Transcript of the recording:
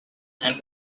and